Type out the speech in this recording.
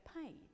paid